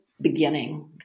beginning